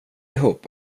ihop